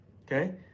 okay